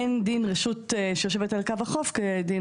אין דין רשות שיושבת על קו החוף כדין